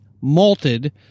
malted